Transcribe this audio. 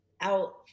out